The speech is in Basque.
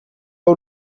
hau